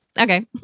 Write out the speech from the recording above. okay